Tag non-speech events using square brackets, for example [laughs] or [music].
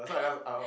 [laughs]